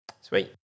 Sweet